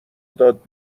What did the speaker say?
داد